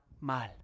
mal